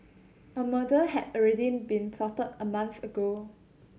a murder had already been plotted a month ago